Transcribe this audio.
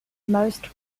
most